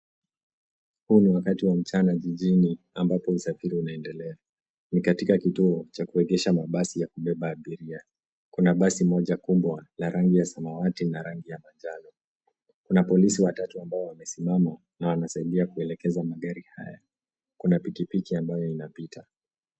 Huu ni wakati wa mchana jijini ambapo usafiri unaendelea. Ni katika kituo cha kuegesha mabasi ya kubeba abiria. Kuna basi moja kubwa la rangi ya samawati na rangi ya manjano. Kuna polisi watatu ambao wamesimama na wanasaidia kuelekeza magari haya. Kuna pikipiki ambayo inapita.